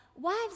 wives